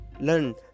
learn